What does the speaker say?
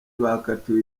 bakatiwe